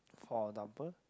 for example